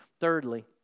Thirdly